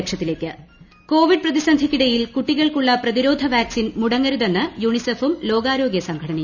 ലക്ഷത്തിലേക്ക് Covid പ്രതിസന്ധിക്കിടയിൽ കൂട്ടികൾക്കുള്ള പ്രതിരോധ വാക്സിൻ മുടങ്ങരുതെന്ന് യൂണിസെഫും ലോകാരോ ഗൃ സംഘടനയും